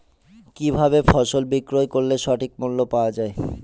কি ভাবে ফসল বিক্রয় করলে সঠিক মূল্য পাওয়া য়ায়?